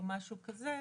או משהו כזה,